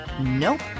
Nope